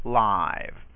live